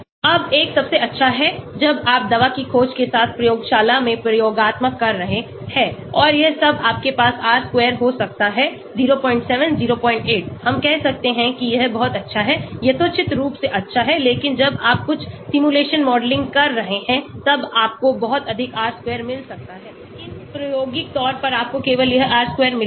अब 1 सबसे अच्छा है जब आप दवा की खोज के साथ प्रयोगशाला में प्रयोगात्मक कर रहे हैं और यह सब आपके पास R square हो सकता है 07 08 हम कह सकते हैं कि यह बहुत अच्छा है यथोचित रूप से अच्छा है लेकिन जब आप कुछ सिमुलेशन मॉडलिंग कर रहे हैं तब आपको बहुत अधिक R square मिल सकता है लेकिन प्रायोगिक तौर पर आपको केवल यह R square मिलेगा